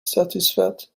satisfaite